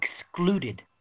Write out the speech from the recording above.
excluded